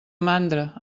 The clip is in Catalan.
mandra